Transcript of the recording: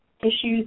issues